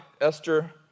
Esther